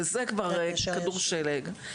וזה כבר כדור שלג.